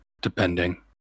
depending